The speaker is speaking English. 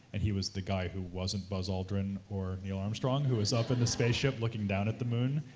and he was the guy who wasn't buzz aldrin or neil armstrong, who was up in the spaceship looking down at the moon,